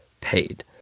paid